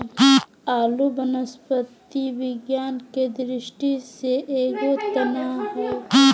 आलू वनस्पति विज्ञान के दृष्टि से एगो तना हइ